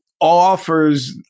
offers